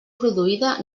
produïda